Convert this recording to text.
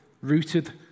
Rooted